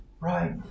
Right